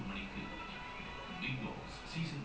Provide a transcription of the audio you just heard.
ya we didn't because we realise is all beef lah